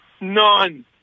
None